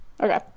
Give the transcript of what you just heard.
okay